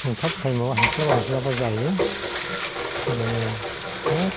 सुंथाब थायेमाव हास्लाबा हास्लाबा जायो जोङो बहुद